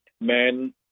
men